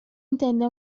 intende